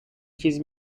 his